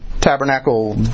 tabernacle